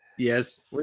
yes